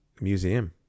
museum